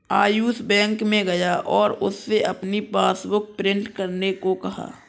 Ayush bank में गया और उससे अपनी पासबुक प्रिंट करने को कहा